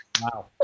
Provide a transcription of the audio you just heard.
Wow